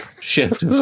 shift